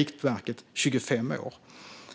Riktvärdet är 25 år,